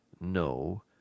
no